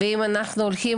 ואם אנחנו הולכים